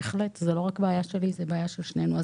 לכן זאת לא רק בעיה שלי, זאת בעיה של שנינו.